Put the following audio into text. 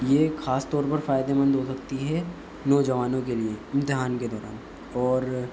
یہ خاص طور پر فائدےمند ہو سکتی ہے نوجوانوں کے لیے امتحان کے دوران اور